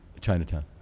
Chinatown